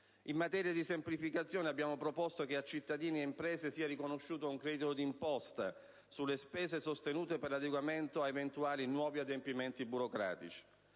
In materia di semplificazione, abbiamo proposto che a cittadini e imprese sia riconosciuto un credito d'imposta sulle spese sostenute per l'adeguamento a eventuali nuovi adempimenti così